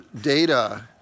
data